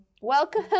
Welcome